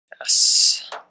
yes